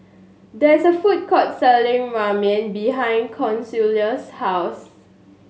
there is a food court selling Ramen behind Consuela's house